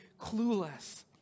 clueless